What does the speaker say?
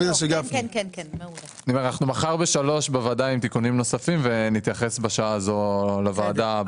נהיה מחר עם תיקונים נוספים ונתייחס גם לנושא הזה.